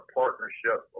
partnership